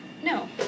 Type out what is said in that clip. No